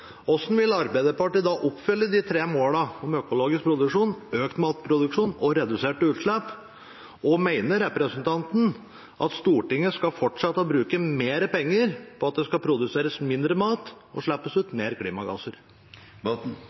Hvordan vil Arbeiderpartiet oppfylle de tre målene om økologisk produksjon, økt matproduksjon og reduserte utslipp? Og mener representanten at Stortinget skal fortsette å bruke mer penger på at det skal produseres mindre mat og slippes ut mer klimagasser?